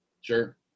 Sure